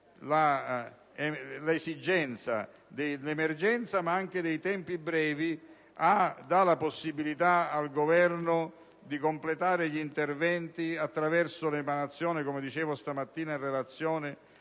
l'esigenza dell'emergenza, ma anche dei tempi brevi), dà la possibilità al Governo di completare gli interventi attraverso l'emanazione di successive ordinanze, come